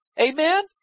Amen